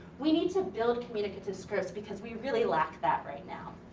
we need to build communicative scripts because we really lack that right now.